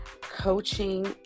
coaching